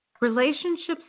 Relationships